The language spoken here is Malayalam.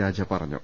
രാജ പറഞ്ഞു